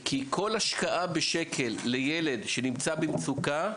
כי כל השקעה בשקל לילד שנמצא במצוקה,